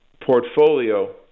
portfolio